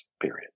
period